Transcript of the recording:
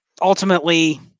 ultimately